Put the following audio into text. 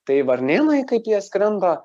tai varnėnai kaip jie skrenda